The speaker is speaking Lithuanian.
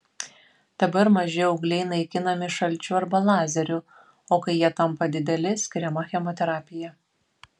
dabar maži augliai naikinami šalčiu arba lazeriu o kai jie tampa dideli skiriama chemoterapija